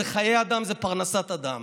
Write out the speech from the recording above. זה חיי אדם, זאת פרנסת אדם.